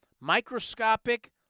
microscopic